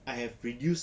I have reduced